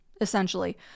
essentially